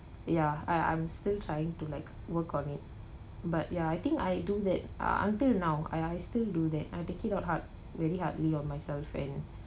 ya I I'm still trying to like work on it but ya I think I do that ah until now I I still do that I take it out hard really hardly on myself and